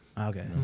Okay